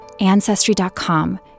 Ancestry.com